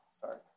Sorry